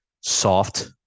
soft